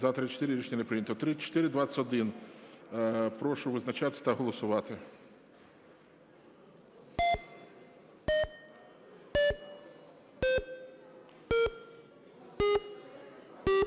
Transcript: За-34 Рішення не прийнято. 3421. Прошу визначатись та голосувати.